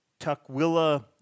Tuckwilla